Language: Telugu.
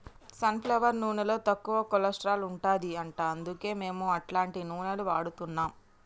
సన్ ఫ్లవర్ నూనెలో తక్కువ కొలస్ట్రాల్ ఉంటది అంట అందుకే మేము అట్లాంటి నూనెలు వాడుతున్నాం